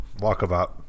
Walkabout